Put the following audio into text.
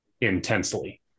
intensely